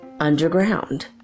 underground